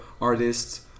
artists